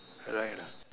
right ah